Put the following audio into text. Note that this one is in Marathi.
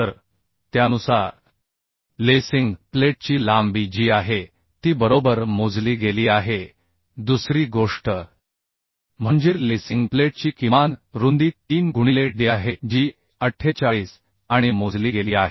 तर त्यानुसार लेसिंग प्लेटची लांबी जी आहे ती बरोबर मोजली गेली आहे दुसरी गोष्ट म्हणजे लेसिंग प्लेटची किमान रुंदी 3 गुणिले Dआहे जी 48 आणि मोजली गेली आहे